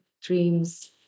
dreams